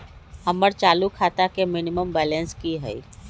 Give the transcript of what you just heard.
हमर चालू खाता के मिनिमम बैलेंस कि हई?